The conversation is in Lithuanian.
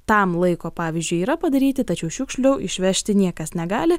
tam laiko pavyzdžiui yra padaryti tačiau šiukšlių išvežti niekas negali